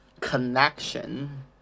connection